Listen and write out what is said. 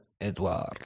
Edward